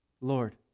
Lord